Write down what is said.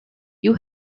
you